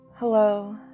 Hello